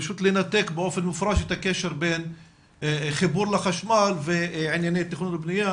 פשוט לנתק באופן מפורש את הקשר בין חיבור לחשמל וענייני תכנון ובנייה,